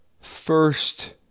first